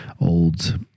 old